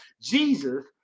Jesus